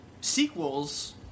sequels